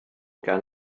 gan